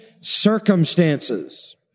circumstances